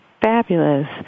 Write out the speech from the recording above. Fabulous